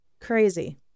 Crazy